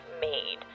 made